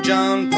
John